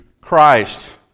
Christ